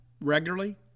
regularly